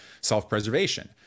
self-preservation